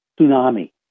tsunami